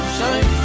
Shine